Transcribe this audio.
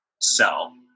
sell